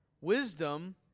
Wisdom